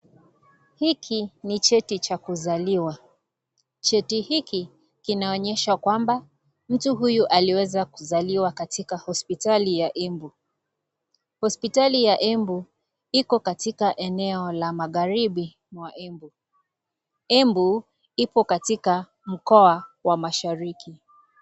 Hiki ni cheti cha kuzaliwa. Cheti hiki kinaonyesha kwamba mtu huyu aliweza kuzaliwa katika hospitali ya Embu. Hospitali ya embu iko katika eneo la magharibi mwa embu. Embu ipo katika mkoa wa mashariki.